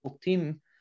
team